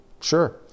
sure